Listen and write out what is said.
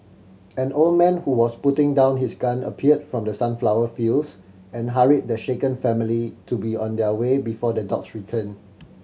an old man who was putting down his gun appeared from the sunflower fields and hurried the shaken family to be on their way before the dogs return